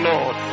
Lord